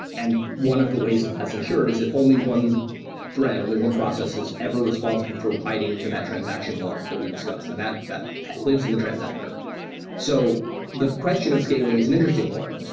and one of the ways that that's ensured, is it only one thread? only one process is ever responsible for writing to that transaction log that we discussed, and that that lives in the transactor so the question of scaling is an interesting one.